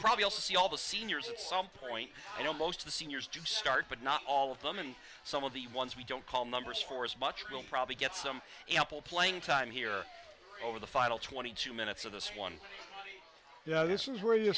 probably all see all the seniors at some point you know most of the seniors to start but not all of them and some of the ones we don't call numbers for as much will probably get some ample playing time here over the final twenty two minutes of this one yeah this is where you